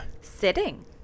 Sitting